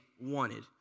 wanted